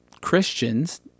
Christians